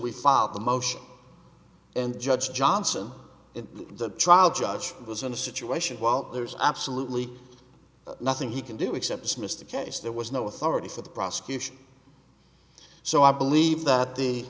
filed the motion and judge johnson in the trial judge was in a situation well there's absolutely nothing he can do except as mr case there was no authority for the prosecution so i believe that the